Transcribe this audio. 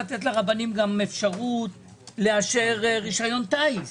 שצריך לתת לרבנים גם אפשרות לאשר רשיון טיס.